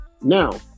Now